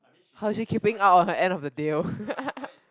how is she keeping up on the end of the deal